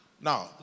Now